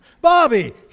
Bobby